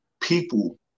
people